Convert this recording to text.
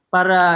Para